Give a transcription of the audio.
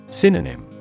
synonym